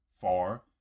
far